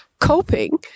coping